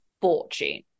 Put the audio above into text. fortune